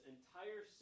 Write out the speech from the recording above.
entire